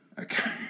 Okay